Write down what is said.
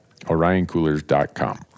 orioncoolers.com